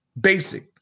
Basic